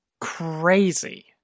crazy